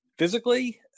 Physically